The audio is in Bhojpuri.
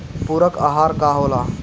पुरक अहार का होला?